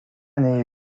nei